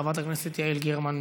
חברת הכנסת יעל גרמן,